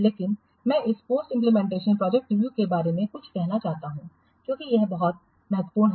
लेकिन मैं इस पोस्ट इंप्लीमेंटेशन प्रोजेक्ट रिव्यू के बारे में कुछ कहना चाहता हूं क्योंकि यह बहुत महत्वपूर्ण है